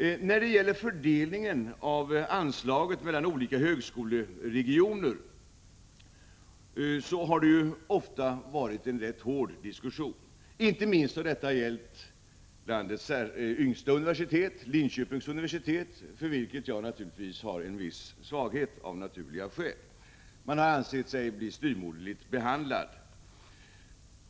varit en rätt hård diskussion om fördelningen av anslaget mellan olika högskoleregioner. Inte minst har detta gällt landets yngsta universitet, Linköpings universitet, för vilket jag av naturliga skäl givetvis har en viss svaghet. Man har ansett sig bli styvmoderligt behandlad.